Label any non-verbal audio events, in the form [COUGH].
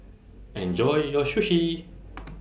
Enjoy your Sushi [NOISE]